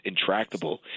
intractable